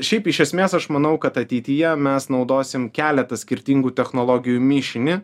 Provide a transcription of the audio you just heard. šiaip iš esmės aš manau kad ateityje mes naudosim keletą skirtingų technologijų mišinį